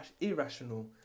irrational